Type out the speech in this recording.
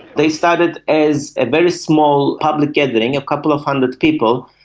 they started as a very small public gathering, a couple of hundred people,